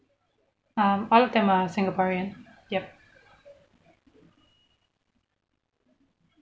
um all of them are singaporean yup